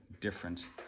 different